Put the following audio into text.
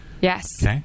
Yes